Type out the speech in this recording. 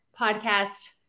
podcast